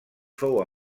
fou